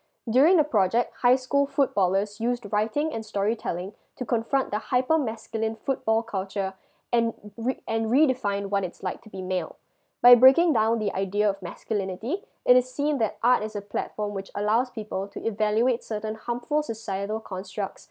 during the project high school footballers used writing and storytelling to confront the hyper masculine football culture and re~ and redefine what it's like to be male by breaking down the idea of masculinity it is seen that art is a platform which allows people to evaluate certain harmful societal constructs